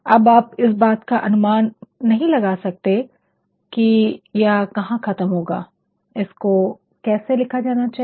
अब आप इस बात का अनुमान नहीं लगा सकते कि यह कहां खत्म होगा इसको कैसे लिखा जाना चाहिए